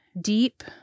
deep